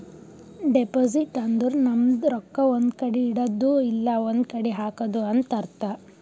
deposit ಅಂದುರ್ ನಮ್ದು ರೊಕ್ಕಾ ಒಂದ್ ಕಡಿ ಇಡದ್ದು ಇಲ್ಲಾ ಒಂದ್ ಕಡಿ ಹಾಕದು ಅಂತ್ ಅರ್ಥ